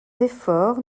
efforts